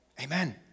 amen